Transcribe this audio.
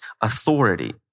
authority